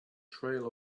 trail